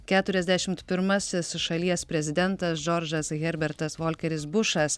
keturiasdešimt pirmasis šalies prezidentas džordžas herbertas volkeris bušas